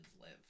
live